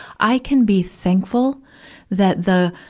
i can be thankful that the,